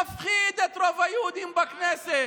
מפחיד את רוב היהודים בכנסת,